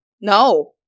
no